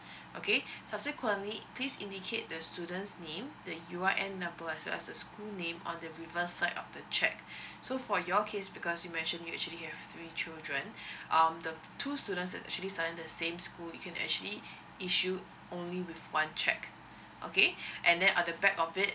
okay subsequently please indicate the students name the U_R_N number as well as the school name on the reverse side of the check so for your case because you mention you actually you have three children um the two students are actually studying in the same school you can actually issue only with one check okay and then on the back of it